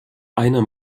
einer